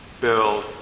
build